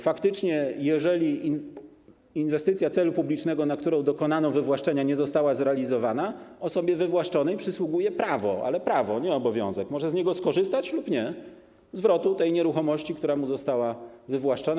Faktycznie, jeżeli inwestycja celu publicznego, na którą dokonano wywłaszczenia, nie została zrealizowana, osobie wywłaszczonej przysługuje prawo - ale prawo, nie obowiązek, może z niego skorzystać lub nie - zwrotu tej nieruchomości, z której została wywłaszczona.